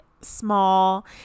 small